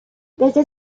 desde